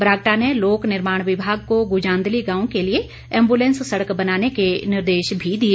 बरागटा ने लोक निर्माण विभाग को गुजांदली गांव के लिए एम्बुलैंस सड़क बनाने के निर्देश भी दिए